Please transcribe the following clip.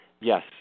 Yes